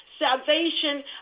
salvation